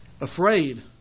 afraid